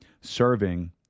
serving